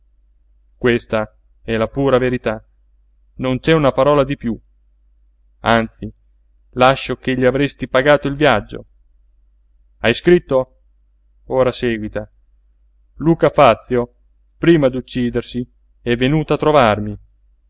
mazzarini questa è la pura verità non c'è una parola di piú anzi lascio che gli avresti pagato il viaggio hai scritto ora seguita luca fazio prima d'uccidersi è venuto a trovarmi